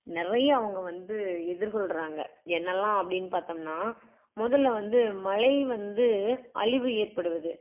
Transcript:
நிறைய அவங்க வந்து எதிர்கொள்ளுறாங்க என்னெல்லாம் அப்படின்னு பார்த்தம்னா முதலில் வந்து மழை வந்து அழிவு ஏற்படுவது